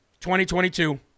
2022